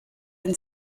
and